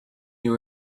you